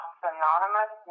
synonymous